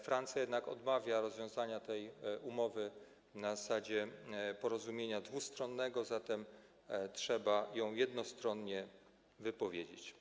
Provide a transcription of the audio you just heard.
Francja jednak odmawia rozwiązania tej umowy na zasadzie porozumienia dwustronnego, zatem trzeba ją jednostronnie wypowiedzieć.